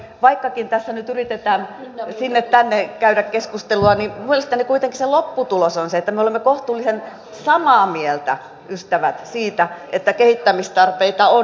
vaikkakin tässä nyt yritetään sinne tänne käydä keskustelua niin mielestäni kuitenkin se lopputulos on se että me olemme kohtuullisen samaa mieltä ystävät siitä että kehittämistarpeita on